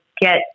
get